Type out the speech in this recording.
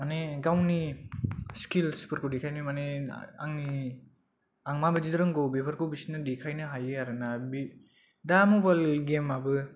माने गावनि सिकिल्सफोरखौ देखायनो माने आंनि आं मा बादि रोंगौ बेफोरखौ बिसोरनो देखायनो हायो आरो ना दा मुबाइल गेमाबो